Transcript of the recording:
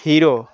hero